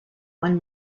one